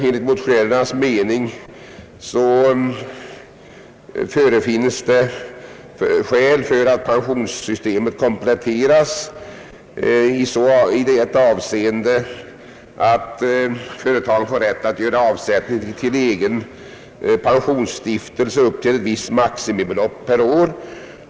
Enligt motionärernas mening finnes det skäl för att pensionssystemet kompletteras i det avseen det att företag får rätt att göra avsättning till egen pensionsstiftelse upp till visst maximibelopp per år.